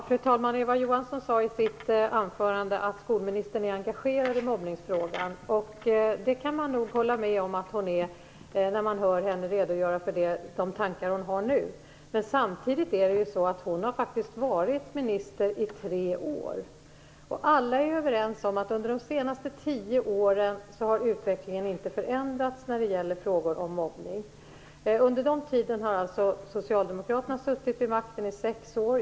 Fru talman! Eva Johansson sade i sitt anförande att skolministern är engagerad i mobbningsfrågan. Det kan man nog hålla med om att hon är när man hör henne redogöra för de tankar som hon har nu. Men hon har faktiskt varit minister i tre år. Alla är överens om att utvecklingen under de senaste tio åren inte har förändrats när det gäller frågor om mobbning. Under denna tid har Socialdemokraterna suttit vid makten i sex år.